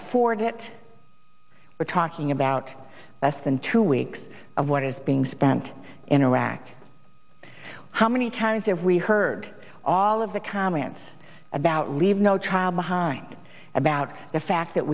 afford it we're talking about less than two weeks of what is being spent in iraq how many towns that we heard all of the comments about leave no child behind about the fact that